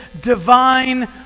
divine